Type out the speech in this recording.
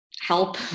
help